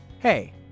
Hey